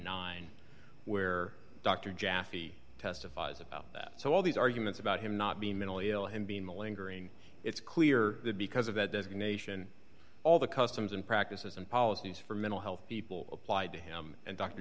nine where dr jaffe testifies about that so all these arguments about him not being mentally ill him being the lingering it's clear that because of that designation all the customs and practices and policies for mental health people applied to him and dr